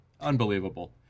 Unbelievable